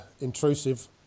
intrusive